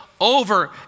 over